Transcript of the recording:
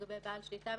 פרטי הזיהוי